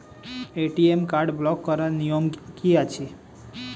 ATM card block করার নিয়ম কি আছে?